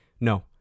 No